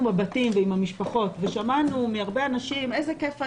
בבתים עם המשפחות ושמענו מהרבה אנשים שאומרים איזה כיף היה,